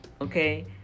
okay